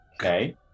Okay